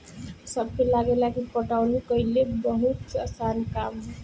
सबके लागेला की पटवनी कइल बहुते आसान काम ह